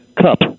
cup